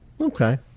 Okay